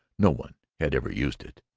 no one had ever used it.